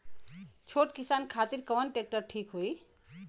छोट किसान खातिर कवन ट्रेक्टर ठीक होई?